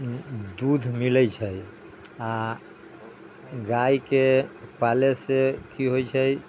दूध मिलै छै आ गाय के पालै से कि होइ छै